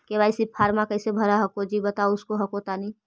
KYC फॉर्मा कैसे भरा हको जी बता उसको हको तानी?